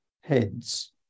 heads